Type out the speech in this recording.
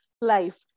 life